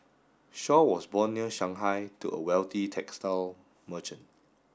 Shaw was born near Shanghai to a wealthy textile merchant